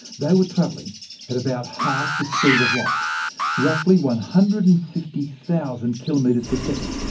they were travelling at about half the speed of light roughly one hundred and fifty thousand kilometres but second.